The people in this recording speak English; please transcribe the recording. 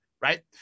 right